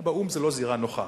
באו"ם, זה לא זירה נוחה.